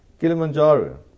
Kilimanjaro